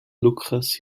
lukas